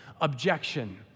objection